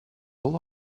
all